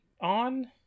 on